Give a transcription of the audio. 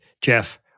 Jeff